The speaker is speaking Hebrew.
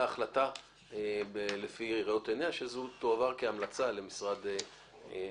החלטה לפי ראות עיניה והיא תועבר כהמלצה למשרד הבריאות.